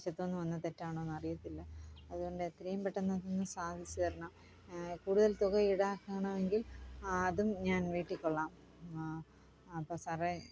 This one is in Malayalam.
വശത്തു നിന്ന് വന്ന തെറ്റാണോ എന്ന് അറിയത്തില്ല അതുകൊണ്ട് എത്രയും പെട്ടന്ന് ഒന്ന് സാധിച്ചുതരണം കൂടുതൽ തുക ഈടാക്കണമെങ്കിൽ അതും ഞാൻ വീട്ടിക്കൊള്ളാം അപ്പോൾ സാറേ